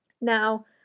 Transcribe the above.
Now